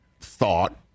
thought